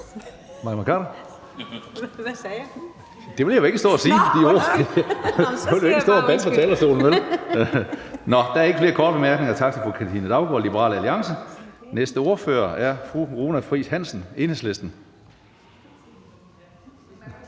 nu vil jeg ikke stå og gentage det ord. Der er ikke flere korte bemærkninger. Tak til fru Katrine Daugaard, Liberal Alliance. Næste ordfører er fru Runa Friis Hansen, Enhedslisten.